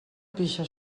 pixa